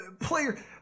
player